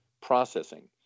Processing